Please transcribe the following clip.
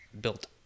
built